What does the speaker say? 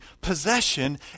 possession